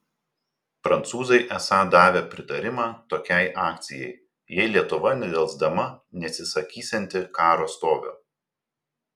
prancūzai esą davė pritarimą tokiai akcijai jei lietuva nedelsdama neatsisakysianti karo stovio